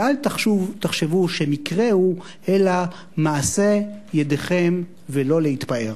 אל תחשבו שמקרה הוא, אלא מעשה ידיכם, ולא להתפאר.